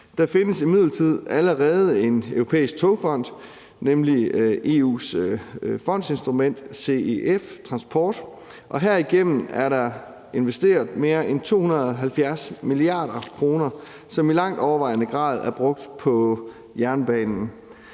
Der findes imidlertid allerede en europæisk togfond, nemlig EU's fondsinstrument CEF Transport, og herigennem er der investeret mere end 270 mia. kr., som i langt overvejende grad er brugt på jernbanen.